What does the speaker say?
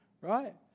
right